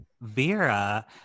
Vera